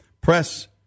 Press